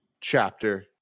chapter